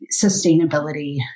sustainability